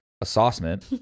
Assessment